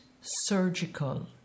surgical